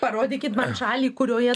parodykit man šalį kurioje